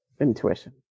intuition